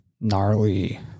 gnarly